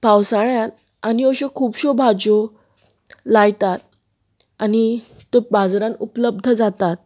पावसाळ्यांत आनी अश्यो खुबश्यो भाजयो लायतात आनी त्यो बाजारांत उपलब्ध जातात